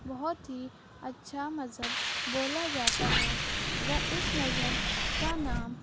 بہت ہی اچھا مذہب بولا جاتا ہے وہ اس مذہب کا نام